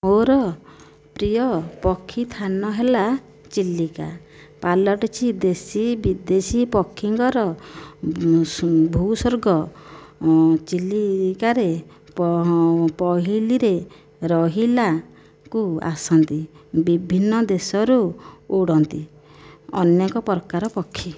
ମୋର ପ୍ରିୟ ପକ୍ଷୀ ସ୍ଥାନ ହେଲା ଚିଲିକା ପାଲଟିଛି ଦେଶୀ ବିଦେଶୀ ପକ୍ଷୀଙ୍କର ଉଁ ଭୂସ୍ବର୍ଗ ଚିଲିକାରେ ପି ପହିଲିରେ ରହିବାକୁ ଆସନ୍ତି ବିଭିନ୍ନ ଦେଶରୁ ଉଡ଼ନ୍ତି ଅନେକ ପ୍ରକାର ପକ୍ଷୀ